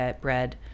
bread